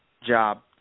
job